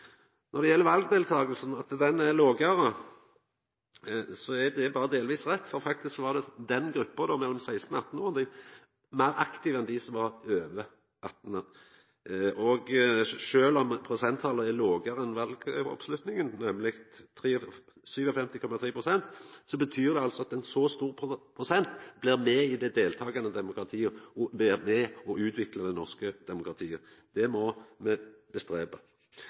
Når det gjeld valdeltakinga, at den er lågare, er det berre delvis rett, for faktisk var gruppa mellom 16 og 18 år meir aktiv enn dei som var over 18. Sjølv om prosenttalet, 57,3 pst., er lågare enn valoppslutninga elles, betyr det at ein så stor prosent blir med i det deltakande demokratiet og er med og utviklar det norske demokratiet. Det må me